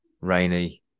rainy